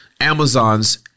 Amazon's